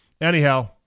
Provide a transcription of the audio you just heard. Anyhow